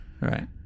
Right